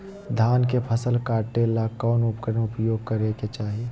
धान के फसल काटे ला कौन उपकरण उपयोग करे के चाही?